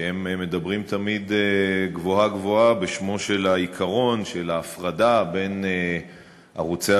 הם מדברים תמיד גבוהה-גבוהה בשמו של עקרון ההפרדה בין ערוצי